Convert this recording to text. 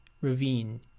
ravine